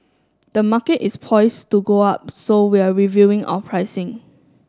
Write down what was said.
the market is poise to go up so we're reviewing our pricing